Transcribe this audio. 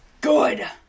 good